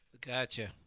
Gotcha